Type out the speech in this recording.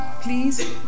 please